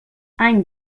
any